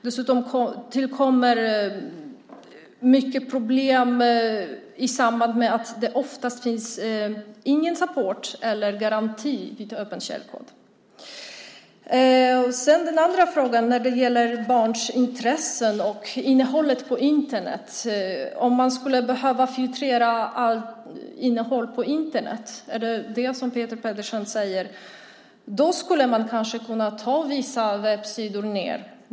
Dessutom tillkommer många problem genom att det oftast inte finns någon support eller garanti vid öppen källkod. Den andra frågan gällde barns intressen och innehållet på Internet. Om man skulle filtrera allt innehåll på Internet - är det det Peter Pedersen menar? - skulle man kanske kunna stänga ned vissa webbsidor.